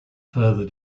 further